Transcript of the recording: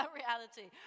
reality